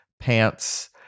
pants